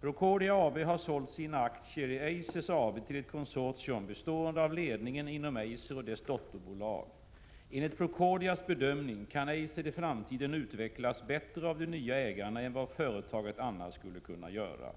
Procordia AB har sålt sina aktier i Eiser AB till ett konsortium, bestående av ledningen inom Eiser och dess dotterbolag. Enligt Procordias bedömning kan Eiser i framtiden utvecklas bättre av de nya ägarna än vad företaget annars skulle kunna göra.